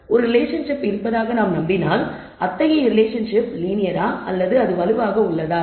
ஒரு ரிலேஷன்ஷிப் இருப்பதாக நாம் நம்பினால் அத்தகைய ரிலேஷன்ஷிப் லீனியரா மற்றும் அது வலுவாக உள்ளதா